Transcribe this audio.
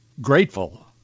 grateful